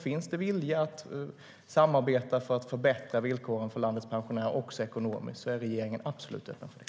Finns det vilja att samarbeta för att förbättra villkoren för landets pensionärer också ekonomiskt är regeringen absolut öppen för det.